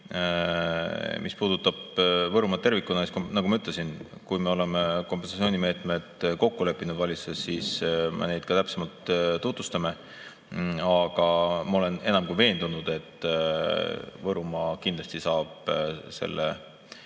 Mis puudutab Võrumaad tervikuna, siis nagu ma ütlesin, kui me oleme kompensatsioonimeetmed kokku leppinud valitsuses, siis me neid täpsemalt tutvustame. Aga ma olen enam kui veendunud, et Võrumaa kindlasti saab selle